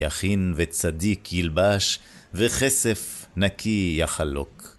יכין וצדיק ילבש, וכסף נקי יחלוק.